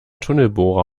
tunnelbohrer